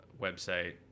website